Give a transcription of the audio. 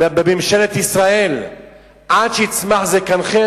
בממשלת ישראל עד שיצמח זקנכם.